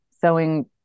sewing